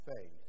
faith